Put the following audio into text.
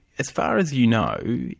as far as you know,